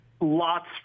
Lots